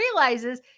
realizes